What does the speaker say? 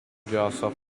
joseph